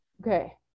Okay